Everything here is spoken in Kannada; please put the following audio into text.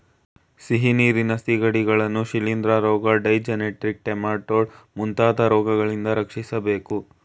ಸಿಹಿನೀರಿನ ಸಿಗಡಿಗಳನ್ನು ಶಿಲಿಂದ್ರ ರೋಗ, ಡೈಜೆನೆಟಿಕ್ ಟ್ರೆಮಾಟೊಡ್ ಮುಂತಾದ ರೋಗಗಳಿಂದ ರಕ್ಷಿಸಬೇಕು